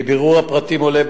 מבירור הפרטים עולה,